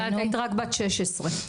ואת היית רק בת שש עשרה.